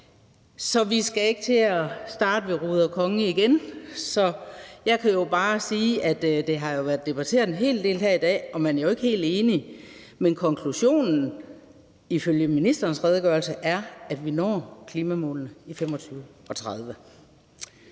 så vi skal ikke til at starte ved ruder konge igen. Så jeg kan bare sige, at det jo har været debatteret en hel del her i dag, og man er ikke helt enige, men konklusionen ifølge ministerens redegørelse er, at vi når klimamålene i 2025 og 2030.